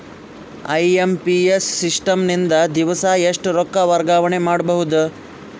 IMPS system ನಿಂದ ದಿವಸಾ ಎಷ್ಟ ರೊಕ್ಕ ವರ್ಗಾವಣೆ ಮಾಡಬಹುದು?